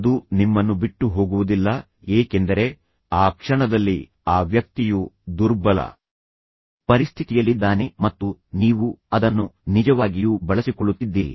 ಅದು ನಿಮ್ಮನ್ನು ಬಿಟ್ಟು ಹೋಗುವುದಿಲ್ಲ ಏಕೆಂದರೆ ಆ ಕ್ಷಣದಲ್ಲಿ ಆ ವ್ಯಕ್ತಿಯು ದುರ್ಬಲ ಪರಿಸ್ಥಿತಿಯಲ್ಲಿದ್ದಾನೆ ಮತ್ತು ನೀವು ಅದನ್ನು ನಿಜವಾಗಿಯೂ ಬಳಸಿಕೊಳ್ಳುತ್ತಿದ್ದೀರಿ